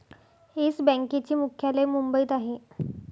yes बँकेचे मुख्यालय मुंबईत आहे